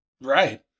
Right